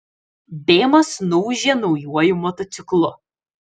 bėmas nuūžė naujuoju motociklu